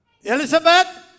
Elizabeth